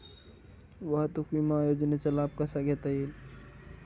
वाहतूक विमा योजनेचा लाभ कसा घेता येईल?